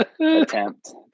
attempt